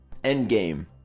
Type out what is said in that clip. Endgame